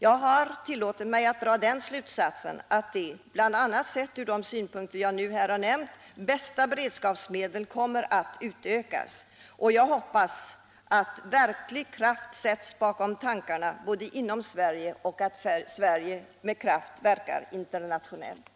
Jag har tillåtit mig att dra den slutsatsen att de från beredskapssynpunkt bästa medlen kommer att användas. Jag hoppas att Sverige på detta område vidtar effektiva åtgärder inom landet och med kraft verkar internationellt.